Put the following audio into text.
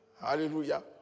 Hallelujah